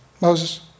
Moses